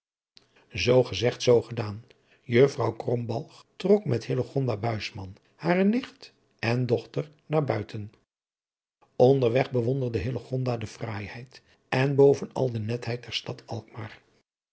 zoo gezegd zoo gedaan jufvrouw krombalg trok met hillegonda buisman hare nicht en dochter naar buiten onderweg bewonderde hillegonda de fraaiheid en bovenal de netheid der stad